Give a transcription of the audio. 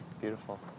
Beautiful